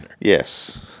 Yes